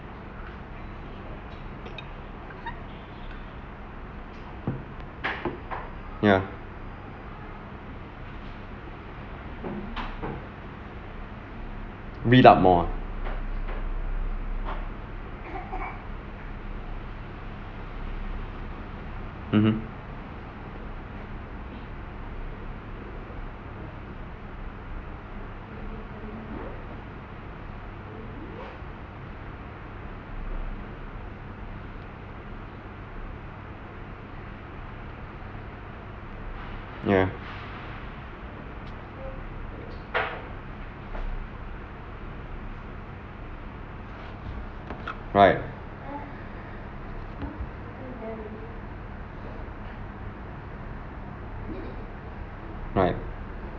yeah read up more ah mmhmm ya right right